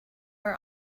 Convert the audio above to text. are